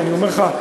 אני אומר לך,